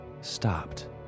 stopped